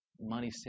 money